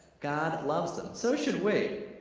god loves them, so should we!